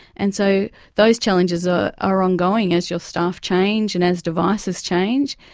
and so those challenges are are ongoing as your staff change and as devices change,